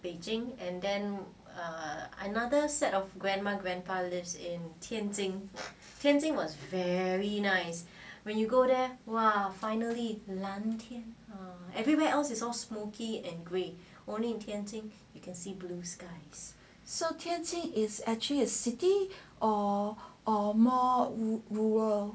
tianjin is actually a city or or more rural